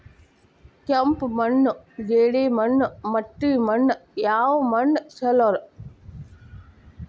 ಕೆಂಪು ಮಣ್ಣು, ಜೇಡಿ ಮಣ್ಣು, ಮಟ್ಟಿ ಮಣ್ಣ ಯಾವ ಮಣ್ಣ ಛಲೋ?